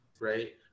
right